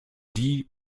die